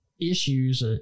issues